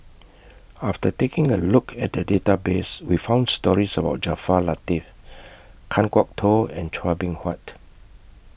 after taking A Look At The Database We found stories about Jaafar Latiff Kan Kwok Toh and Chua Beng Huat